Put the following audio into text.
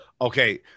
Okay